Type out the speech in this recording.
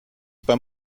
beim